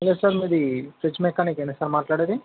hello sir మీది fridge మెకానికేనా sir మాట్లాడేది